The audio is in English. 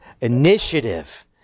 initiative